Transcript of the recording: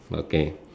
okay